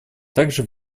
также